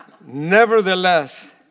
Nevertheless